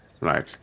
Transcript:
Right